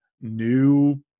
new